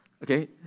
Okay